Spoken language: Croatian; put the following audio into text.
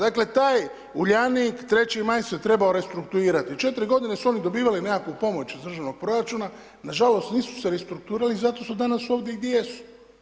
Dakle, taj Uljanik 3. Maj se trebao restruktirati, 4 g. su oni dobivali nekakvu pomoć iz državnog proračuna, nažalost, nisu se restrukturirali i zato su danas ovdje gdje jesu.